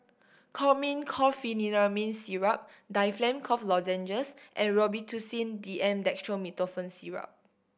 Chlormine Chlorpheniramine Syrup Difflam Cough Lozenges and Robitussin D M Dextromethorphan Syrup